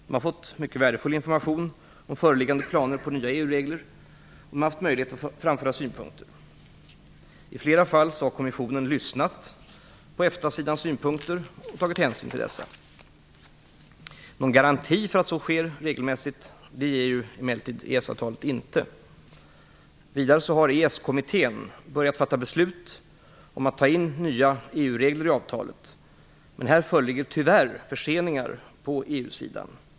De har fått mycket värdefull information om föreliggande planer på nya EU-regler, och de har haft möjligheter att framföra synpunkter. I flera fall har kommissionen lyssnat på EFTA-sidans synpunkter och tagit hänsyn till dessa. Någon garanti för att så sker regelmässigt ger EES avtalet emellertid inte. Vidare har EES-kommittén börjat fatta beslut om att ta in nya EU-regler i avtalet, men här föreligger tyvärr förseningar på EU-sidan.